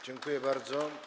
Dziękuję bardzo.